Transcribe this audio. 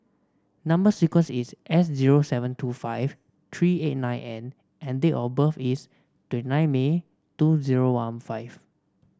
number sequence is S zero seven two five three eight nine N and date of birth is twenty nine May two zero one five